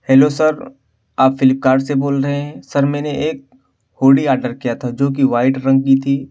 hello sir آپ Flipkart سے بول رہے ہیں سر میں نے ایک ہوڈی آرڈر کیا تھا جو کہ وائٹ رنگ کی تھی